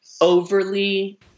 overly